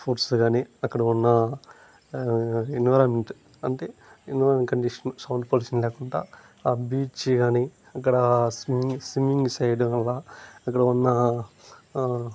foods కానీ అక్కడ ఉన్నా ఎన్విరాన్మెంట్ అంటే ఎన్విరాన్మెంట్ కండిషను సౌండ్ పొల్యూషన్ లేకుండా ఆ బీచ్ కానీ అక్కడ స్విమ్మింగ్ స్విమ్మింగ్ సైడు వల్ల అక్కడ ఉన్నా